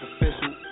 official